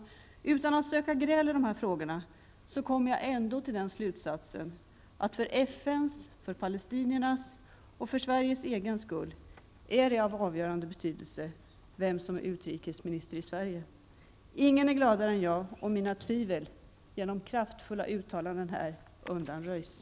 Utan att söka gräl i dessa frågor kommer jag ändå till den slutsatsen att det för FNs, palestiniernas och Sveriges egen skull är av avgörande betydelse vem som är utrikesminister i Sverige. Ingen är gladare än jag om mina tvivel genom kraftfulla uttalanden här undanröjs.